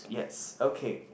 yes okay